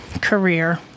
career